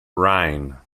rhine